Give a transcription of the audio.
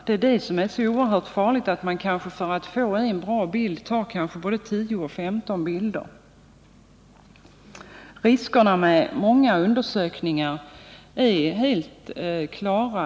Det är det som är så oerhört farligt att man för att få en bra bild kanske tar 10-15 bilder. Riskerna med många undersökningar är helt klara.